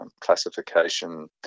classification